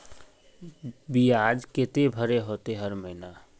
बियाज केते भरे होते हर महीना?